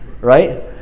right